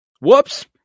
Whoops